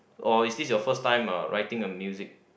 or is this your first time uh writing a music